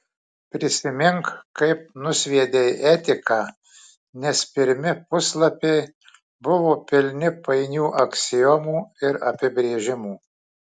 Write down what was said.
prisimink kaip nusviedei etiką nes pirmi puslapiai buvo pilni painių aksiomų ir apibrėžimų